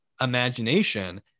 imagination